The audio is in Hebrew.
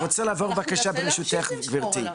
אני רוצה לעבור בבקשה ברשותך גברתי